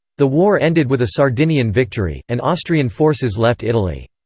the war ended with a sardinian victory, and austrian forces left italy.